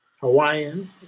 Hawaiian